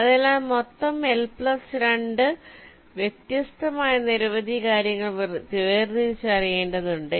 അതിനാൽ മൊത്തം L plus 2 വ്യത്യസ്തമായ നിരവധി കാര്യങ്ങൾ വേർതിരിച്ചറിയേണ്ടതുണ്ട്